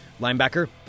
Linebacker